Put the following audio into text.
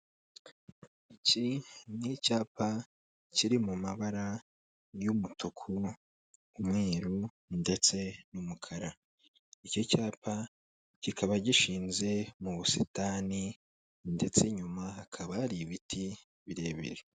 Iki ni icyapa kiri mu mabara y'umutuku, umweruru ndetse n'umukara, icyo cyapa kikaba gishinze mu busitani ndetse inyuma hakaba hari ibiti birebire.